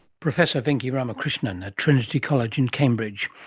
professor venki ramakrishnan, at trinity college in cambridge.